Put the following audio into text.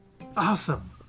Awesome